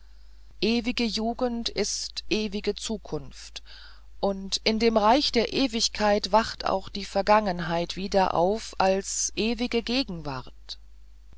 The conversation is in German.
ewige jugend ist ewige zukunft und in dem reich der ewigkeit wacht auch die vergangenheit wieder auf als ewige gegenwart